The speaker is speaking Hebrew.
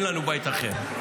אין לנו בית אחר.